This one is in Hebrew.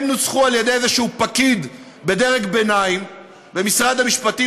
הן נוצחו על-ידי איזה פקיד בדרג ביניים במשרד המשפטים,